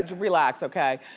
relax, okay?